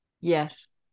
Yes